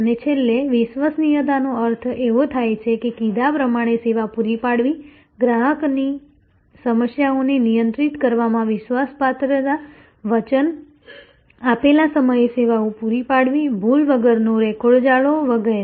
અને છેલ્લે વિશ્વસનીયતાનો અર્થ એવો થાય છે કે કીધા પ્રમાણે સેવા પૂરી પાડવી ગ્રાહકની સમસ્યાઓને નિયંત્રિત કરવામાં વિશ્વાસપાત્રતા વચન આપેલા સમયે સેવાઓ પૂરી પાડવી ભૂલ વગરનો રેકોર્ડ જાળવવો વગેરે